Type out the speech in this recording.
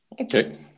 okay